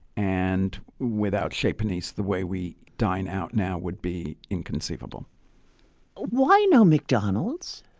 and without chez panisse, the way we dine out now would be inconceivable why no mcdonald's?